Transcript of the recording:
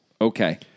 Okay